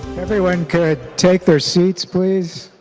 everyone could take their seats please?